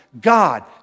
God